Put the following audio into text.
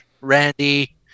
Randy